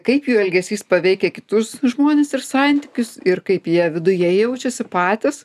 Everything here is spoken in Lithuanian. kaip jų elgesys paveikia kitus žmones ir santykius ir kaip jie viduje jaučiasi patys